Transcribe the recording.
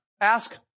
Ask